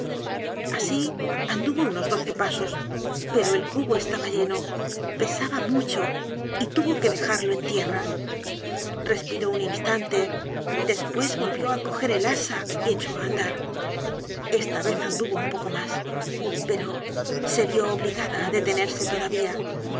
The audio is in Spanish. asi anduvo unos doce pasos pero el cubo estaba lleno pesaba mucho y tuvo que dejarlo en tierra respiró un instante despues volvió á coger el asa y echó á andar esta vez anduvo un poco mas pero se vió obligada á detenerse todavía